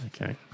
Okay